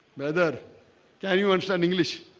neither can you understand english?